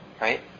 right